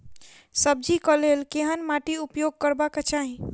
सब्जी कऽ लेल केहन माटि उपयोग करबाक चाहि?